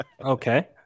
Okay